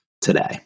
today